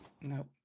Nope